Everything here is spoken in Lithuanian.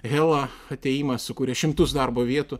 hella atėjimas sukuria šimtus darbo vietų